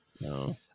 No